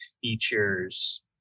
features